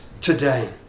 today